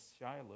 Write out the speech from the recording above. Shiloh